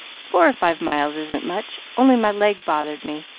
four or five miles isn't much, only my leg bothered me